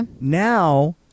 now